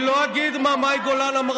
מאי גולן,